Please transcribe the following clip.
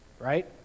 right